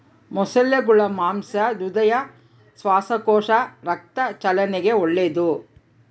ಮೊಸಳೆಗುಳ ಮಾಂಸ ಹೃದಯ, ಶ್ವಾಸಕೋಶ, ರಕ್ತ ಚಲನೆಗೆ ಒಳ್ಳೆದು